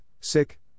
sick